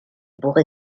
bourg